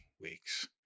weeks